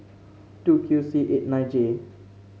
two Q C eight nine J